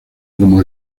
como